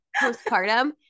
postpartum